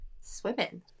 Swimming